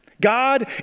God